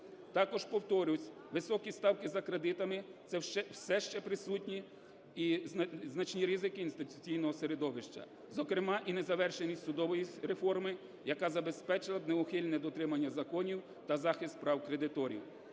Також повторюсь, високі ставки за кредитами все ще присутні і значні ризики інституційного середовища, зокрема і незавершеність судової реформи, яка забезпечила би неухильне дотримання законів та захист прав кредиторів.